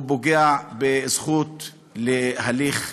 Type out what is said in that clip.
הוא פוגע בזכות להליך הוגן,